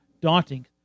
daunting